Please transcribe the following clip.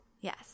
Yes